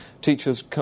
teachers